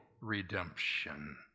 Redemption